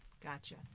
Gotcha